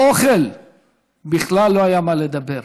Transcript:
ועל אוכל בכלל לא היה מה לדבר.